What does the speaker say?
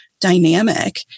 dynamic